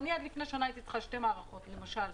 עד לפני שנה הייתי צריכה שתי מערכות, למשל.